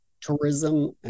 tourism